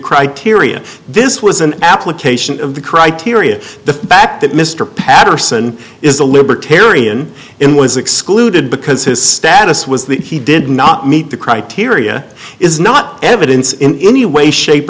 criteria this was an application of the criteria the fact that mr patterson is a libertarian in was excluded because his status was that he did not meet the criteria is not evidence in any way shape